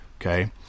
Okay